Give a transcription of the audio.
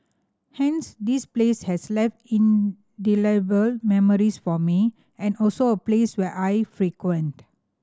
hence this place has left indelible memories for me and also a place where I frequent